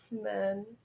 men